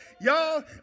y'all